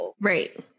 right